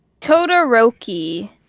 Todoroki